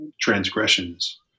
transgressions